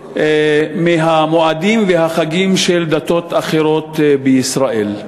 מהמועדים והחגים של דתות אחרות בישראל.